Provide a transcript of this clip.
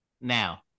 now